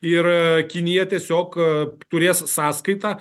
ir kinija tiesiog turės sąskaitą